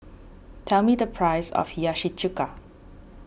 tell me the price of Hiyashi Chuka